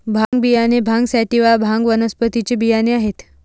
भांग बियाणे भांग सॅटिवा, भांग वनस्पतीचे बियाणे आहेत